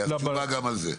תשובה גם על זה.